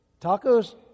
Tacos